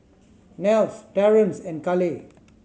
Nels Terrence and Kaleigh